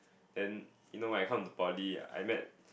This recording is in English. then you know when I come to poly I met